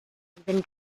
than